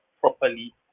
properly